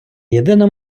єдина